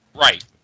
Right